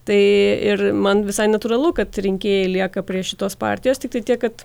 tai ir man visai natūralu kad rinkėjai lieka prie šitos partijos tiktai tiek kad